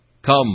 Come